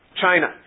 China